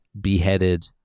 beheaded